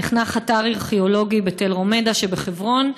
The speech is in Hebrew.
נחנך אתר ארכיאולוגי בתל רומיידה שבחברון.